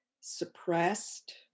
suppressed